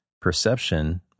perception